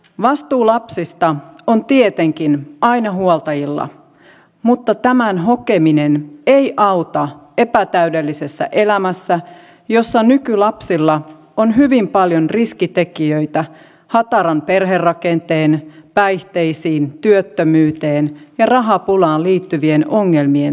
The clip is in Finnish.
vastuu lapsista on tietenkin aina huoltajilla mutta tämän hokeminen ei auta epätäydellisessä elämässä jossa nykylapsilla on hyvin paljon riskitekijöitä hataraan perherakenteeseen päihteisiin työttömyyteen ja rahapulaan liittyvien ongelmien takia